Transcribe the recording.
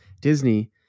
Disney